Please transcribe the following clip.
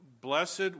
blessed